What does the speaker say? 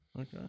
Okay